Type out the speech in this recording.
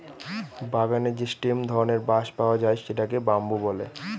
বাগানে যে স্টেম ধরনের বাঁশ পাওয়া যায় সেটাকে বাম্বু বলে